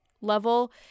level